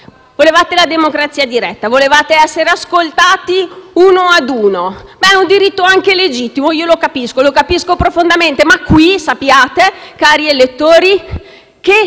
volevate la democrazia diretta, volevate essere ascoltati uno ad uno: è un diritto anche legittimo e lo capisco profondamente, ma qui - sappiatelo, cari elettori -